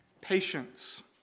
patience